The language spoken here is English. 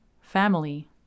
Family